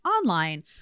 online